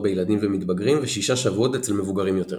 בילדים ומתבגרים ושישה שבועות אצל מבוגרים יותר.